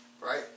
right